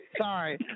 Sorry